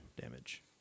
damage